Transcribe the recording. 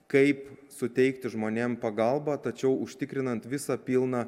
kaip suteikti žmonėm pagalbą tačiau užtikrinant visą pilną